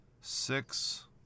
Six